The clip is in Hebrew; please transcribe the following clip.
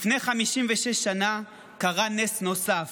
לפני 56 שנה קרה נס נוסף: